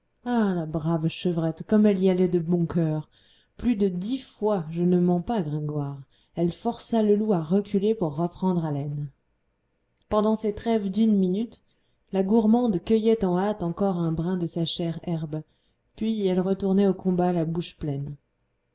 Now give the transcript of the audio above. ah la brave chevrette comme elle y allait de bon cœur plus de dix fois je ne mens pas gringoire elle força le loup à reculer pour reprendre haleine pendant ces trêves d'une minute la gourmande cueillait en hâte encore un brin de sa chère herbe puis elle retournait au combat la bouche pleine